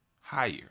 Higher